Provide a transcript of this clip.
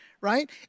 right